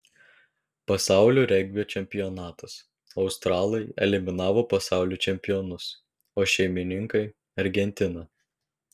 pasaulio regbio čempionatas australai eliminavo pasaulio čempionus o šeimininkai argentiną